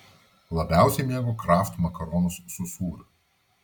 labiausiai mėgo kraft makaronus su sūriu